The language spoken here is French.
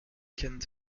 kent